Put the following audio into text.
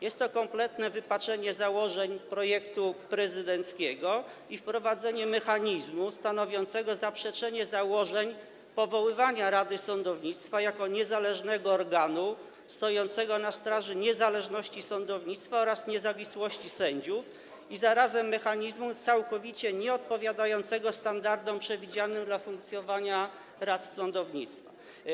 Jest to kompletne wypaczenie założeń projektu prezydenckiego i wprowadzenie mechanizmu stanowiącego zaprzeczenie założeń powoływania rady sądownictwa jako niezależnego organu stojącego na straży niezależności sądownictwa oraz niezawisłości sędziów i zarazem mechanizmu całkowicie nieodpowiadającego standardom przewidzianym dla funkcjonowania rad sądownictwa.